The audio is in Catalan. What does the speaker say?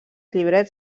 llibrets